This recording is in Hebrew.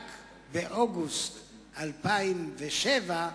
רק באוגוסט 2007,